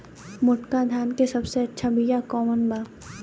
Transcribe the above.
मोटका धान के सबसे अच्छा बिया कवन बा?